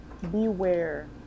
beware